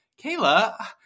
Kayla